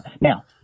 now